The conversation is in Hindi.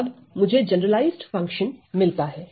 तब मुझे जनरलाइज्ड फंक्शन मिलता है